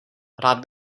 rád